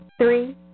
Three